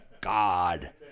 God